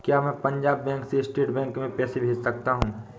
क्या मैं पंजाब बैंक से स्टेट बैंक में पैसे भेज सकता हूँ?